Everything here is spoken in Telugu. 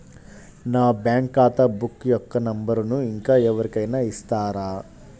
నా బ్యాంక్ ఖాతా బుక్ యొక్క నంబరును ఇంకా ఎవరి కైనా ఇస్తారా?